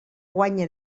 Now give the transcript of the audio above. guanya